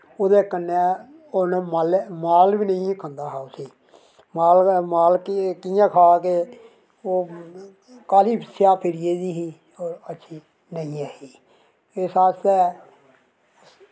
ते ओह् ओह्दे कन्नै माल बी नेईं खंदा हा उसी माल कि'यां खाऽ कि काली स्याह् फिरी गेदी ही अच्छी नेईं ही इस आस्तै